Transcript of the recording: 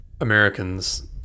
Americans